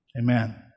Amen